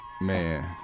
Man